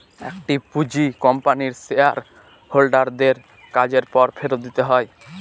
একটি পুঁজি কোম্পানির শেয়ার হোল্ডার দের কাজের পর ফেরত দিতে হয়